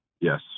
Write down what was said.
Yes